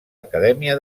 acadèmia